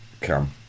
come